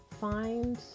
find